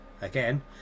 again